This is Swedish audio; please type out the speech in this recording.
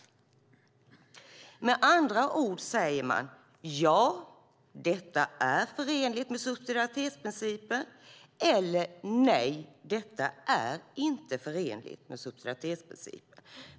Med andra ord säger man ja, detta är förenligt med subsidiaritetsprincipen eller nej, detta är inte förenligt med subsidiaritetsprincipen.